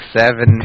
seven